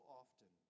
often